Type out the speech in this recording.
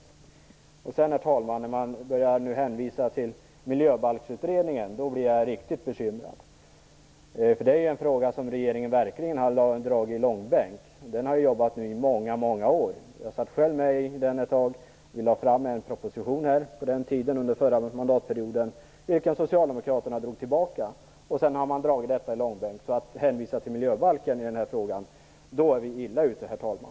När man sedan, herr talman, börjar hänvisa till Miljöbalksutredningen, så blir jag riktigt bekymrad. Det är ju något som regeringen verkligen har dragit i långbänk. Den utredningen har nu jobbat i många år. Jag satt själv med i den ett tag. Vi lade fram en proposition under den förra mandatperioden, men Socialdemokraterna drog tillbaka den. Sedan har man dragit detta i långbänk. Hänvisar man till miljöbalken i den här frågan, då är vi illa ute, herr talman!